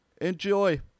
Enjoy